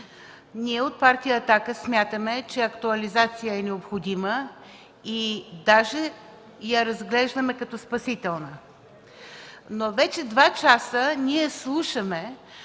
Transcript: Ние от Партия „Атака” смятаме, че актуализация е необходима и даже я разглеждаме като спасителна. Но вече два часа слушаме